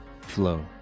flow